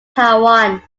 taiwan